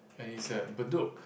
and it's at Bedok